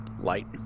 Light